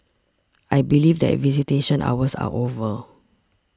I believe that visitation hours are over